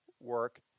work